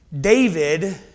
David